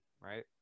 right